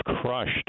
crushed